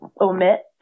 omit